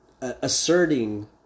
asserting